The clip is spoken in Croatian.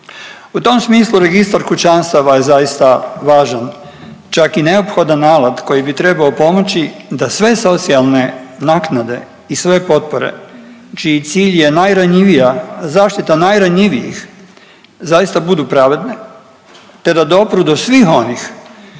U tom smislu registar kućanstava je zaista važan čak i neophodan navod koji bi trebao pomoći da sve socijalne naknade i sve potpore, čiji cilj je najranjivija, zaštiti najranjivijih zaista budu pravedne te da dopru do svih onih